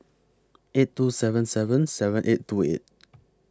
eight two seven seven seven eight two eight